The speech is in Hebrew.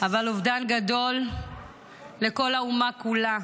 אבל אובדן גדול לכל האומה כולה.